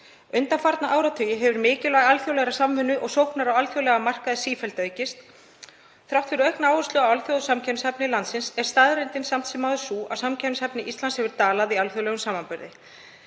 Undanfarna áratugi hefur mikilvægi alþjóðlegrar samvinnu og sóknar á alþjóðlega markaði sífellt aukist. Þrátt fyrir aukna áherslu á alþjóðlega samkeppnishæfni landsins er staðreyndin samt sem áður sú að samkeppnishæfni Íslands hefur dalað í alþjóðlegum samanburði.